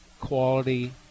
quality